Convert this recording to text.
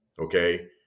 okay